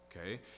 okay